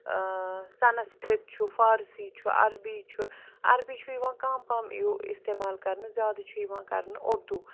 سَنسکِرت چھُ فارسی چھُ عربی چھُ عربی چھُ یِوان کَم کَم اِستعمال کَرنہٕ زیادٕ چھُ یِوان کَرنہٕ اُردو